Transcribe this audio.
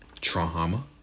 trauma